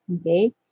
okay